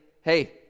hey